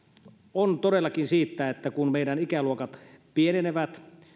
on todellakin siitä että kun meidän ikäluokat pienenevät